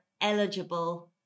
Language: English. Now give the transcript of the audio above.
eligible